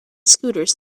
scooters